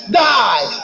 die